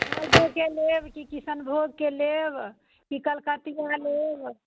मालदहके लेब कि किशनभोगके लेब कि कलकतिआ लेब